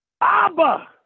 Abba